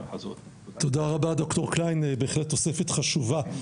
תודה רבה דוקטור קליין, בהחלט תוספת חשובה.